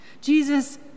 Jesus